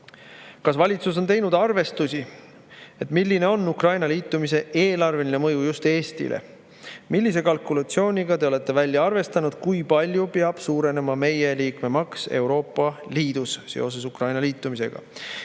Kas valitsus on teinud arvestusi, milline on Ukraina liitumise eelarveline mõju just Eestile? Millise kalkulatsiooniga te olete välja arvestanud, kui palju peab suurenema meie liikmemaks Euroopa Liidus seoses Ukraina liitumisega?